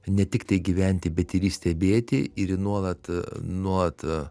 ne tiktai gyventi bet ir jį stebėti ir jį nuolat nuolat